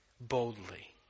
boldly